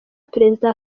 perezida